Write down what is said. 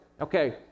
Okay